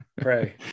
pray